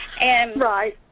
Right